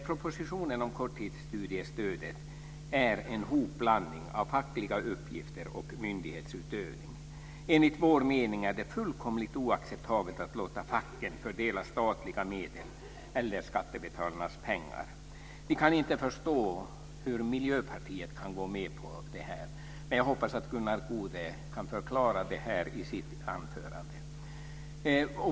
Propositionen om korttidsstudiestödet är en hopblandning av fackliga uppgifter och myndighetsutövning. Enligt vår mening är det fullkomligt oacceptabelt att låta facket fördela statliga medel eller skattebetalarnas pengar. Vi kan inte förstå hur Miljöpartiet kan gå med på detta. Men jag hoppas att Gunnar Goude kan förklara det i sitt anförande.